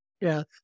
yes